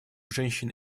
женщин